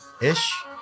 Ish